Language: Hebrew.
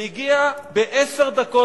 והיא איחרה בעשר דקות.